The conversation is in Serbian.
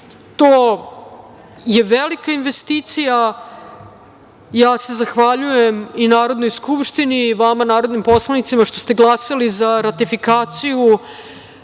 To je velika investicija. Zahvaljujem se i Narodnoj skupštini i vama narodnim poslanicima što ste glasali za ratifikaciju